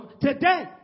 today